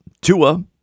Tua